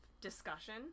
discussion